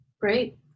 Great